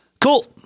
cool